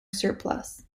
surplus